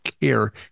care